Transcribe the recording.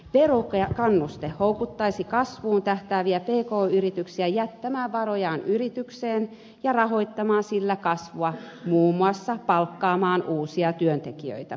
verokannuste houkuttaisi kasvuun tähtääviä pk yrityksiä jättämään varojaan yritykseen ja rahoittamaan sillä kasvua muun muassa palkkaamaan uusia työntekijöitä